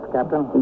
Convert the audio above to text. Captain